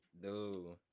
No